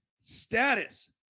status